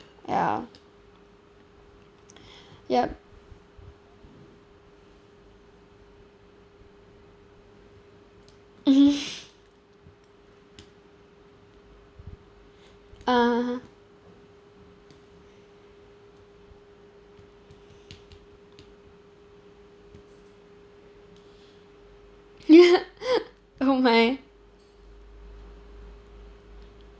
ya yup mmhmm (uh huh) ya oh my